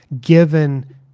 given